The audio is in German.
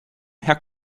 herr